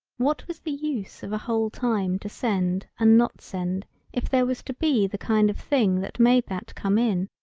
what was the use of a whole time to send and not send if there was to be the kind of thing that made that come in.